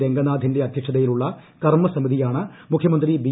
രംഗനാഥിന്റെ അദ്ധ്യക്ഷതയിലുള്ള കർമ്മ സമിതിയാണ് മുഖ്യമന്ത്രി ബി